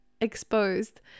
exposed